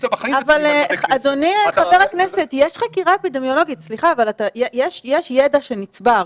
אבל יש חקירה אפידמיולוגית, יש ידע שנצבר.